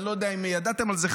אני לא יודע אם ידעתם על זה,